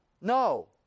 No